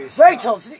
Rachel